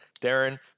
darren